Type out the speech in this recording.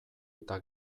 eta